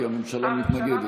כי הממשלה מתנגדת.